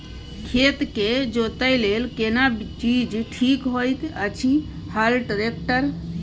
खेत के जोतय लेल केना चीज ठीक होयत अछि, हल, ट्रैक्टर?